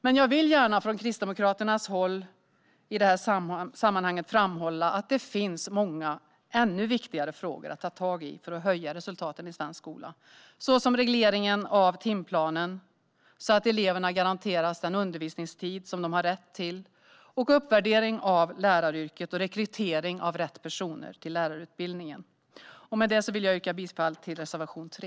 Men jag vill gärna från Kristdemokraternas håll i detta sammanhang framhålla att det finns många ännu viktigare frågor att ta tag i för att höja resultaten i svensk skola, såsom reglering av timplanen så att eleverna garanteras den undervisningstid de har rätt till, uppvärdering av läraryrket och rekrytering av rätt personer till lärarutbildningen. Med detta vill jag yrka bifall till reservation 3.